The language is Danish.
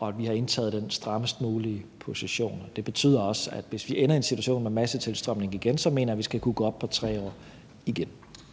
og at vi har indtaget den strammest mulige position. Det betyder også, at hvis vi ender i en situation med massetilstrømning igen, mener jeg, at vi skal kunne gå op på 3 år igen.